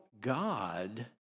God